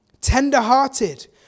Tender-hearted